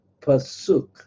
Pasuk